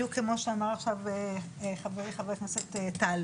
בדיוק כמו שאמר עכשיו חברי ח"כ טל.